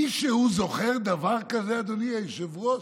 מישהו זוכר דבר כזה, אדוני היושב-ראש?